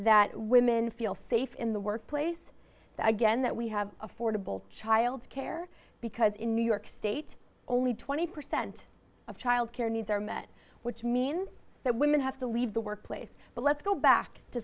that women feel safe in the workplace again that we have affordable child care because in new york state only twenty percent of child care needs are met which means that women have to leave the workplace but let's go back to